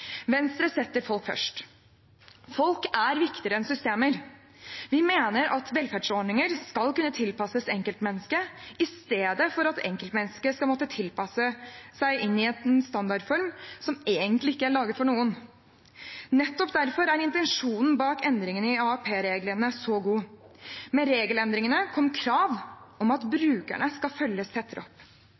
Venstre setter folk først. Folk er viktigere enn systemer. Vi mener at velferdsordninger skal kunne tilpasses enkeltmennesket i stedet for at enkeltmennesket skal måtte passe inn i en standardform som egentlig ikke er laget for noen. Nettopp derfor er intensjonen bak endringene i AAP-reglene så god. Med regelendringene kom krav om at brukerne skal følges tettere opp.